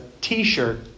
T-shirt